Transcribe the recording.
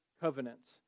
covenants